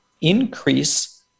increase